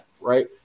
right